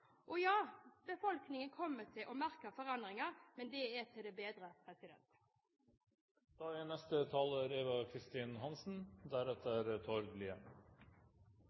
Og ja, befolkningen kommer til å merke forandringer, men det er til det bedre.